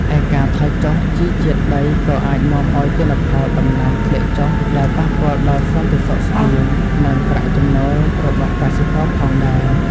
ឯការថយចុះជីជាតិដីក៏អាចនាំឱ្យទិន្នផលដំណាំធ្លាក់ចុះ ដែលប៉ះពាល់ដល់សន្តិសុខស្បៀង និងប្រាក់ចំណូលរបស់កសិករផងដែរ។